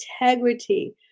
integrity